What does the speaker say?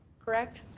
correct?